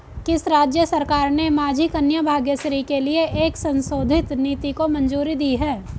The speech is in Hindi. किस राज्य सरकार ने माझी कन्या भाग्यश्री के लिए एक संशोधित नीति को मंजूरी दी है?